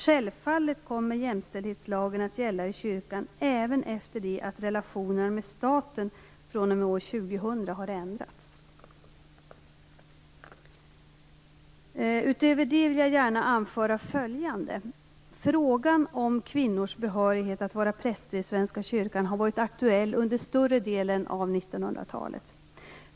Självfallet kommer jämtälldhetslagen att gälla i kyrkan även efter det att relationerna med staten fr.o.m. år 2000 har ändrats. Härutöver vill jag gärna anföra följande. Svenska kyrkan har varit aktuell under större delen av 1900-talet.